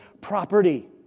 property